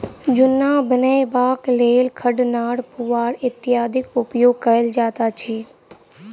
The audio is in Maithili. जुन्ना बनयबाक लेल खढ़, नार, पुआर इत्यादिक उपयोग कयल जाइत अछि